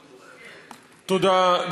תודה.